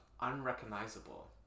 unrecognizable